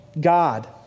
God